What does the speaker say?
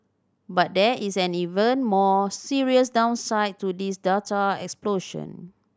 but there is an even more serious downside to this data explosion